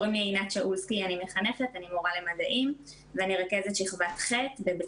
אני מורה למדעים ואני רכזת שכבת ח' בבית